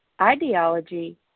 ideology